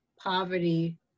poverty